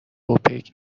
اوپک